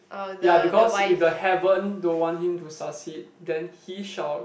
ya because if the heaven don't want him to succeed then he shall